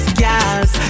girls